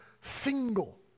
single